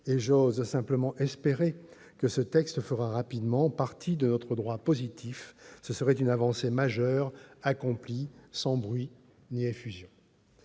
J'ose simplement espérer que ce texte fera rapidement partie de notre droit positif : ce serait là une avancée majeure, accomplie sans bruit ni effusion.